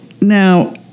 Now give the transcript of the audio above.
Now